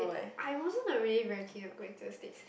I wasn't a really very keen of going to the States